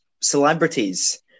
celebrities